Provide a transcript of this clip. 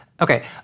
Okay